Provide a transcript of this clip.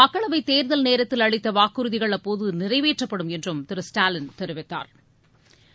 மக்களவைத் தேர்தல் நேரத்தில் அளித்த வாக்குறுதிகள் அப்போது நிறைவேற்றப்படும் என்று திரு ஸ்டாலின் தெரிவித்தாா்